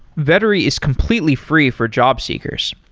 vettery is completely free for job seekers.